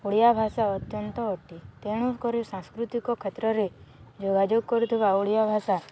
ଓଡ଼ିଆ ଭାଷା ଅତ୍ୟନ୍ତ ଅଟେ ତେଣୁକରି ସାଂସ୍କୃତିକ କ୍ଷେତ୍ରରେ ଯୋଗାଯୋଗ କରୁଥିବା ଓଡ଼ିଆ ଭାଷା